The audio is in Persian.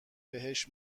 بهش